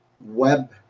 web